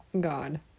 God